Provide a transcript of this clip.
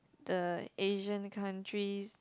the Asian countries